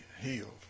healed